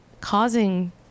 causing